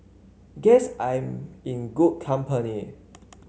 guess I'm in good company